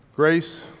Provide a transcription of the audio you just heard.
Grace